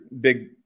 big